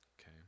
okay